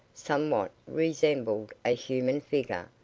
somewhat resembled a human figure,